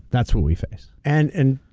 that's what we face. and and